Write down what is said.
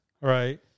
Right